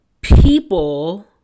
people